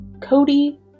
Cody